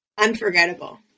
unforgettable